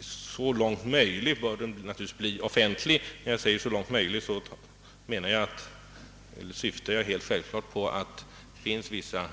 Så långt möjligt bör naturligtvis granskningen av denna bank bli offentlig. När jag säger »så långt möjligt» syftar jag självfallet på att det finns vissa